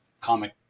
comic